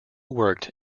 worked